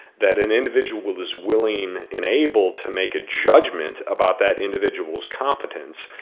that an individual is willing and able to make a judgment about that individual's competence,